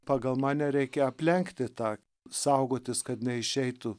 pagal mane reikia aplenkti tą saugotis kad neišeitų